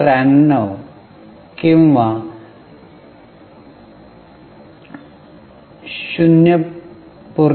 93 किंवा 0